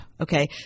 okay